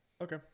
Okay